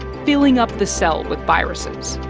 filling up the cell with viruses.